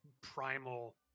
primal